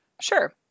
Sure